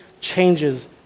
changes